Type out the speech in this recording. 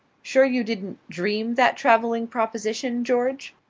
sure you didn't dream that travelling proposition, george?